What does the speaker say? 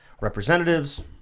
representatives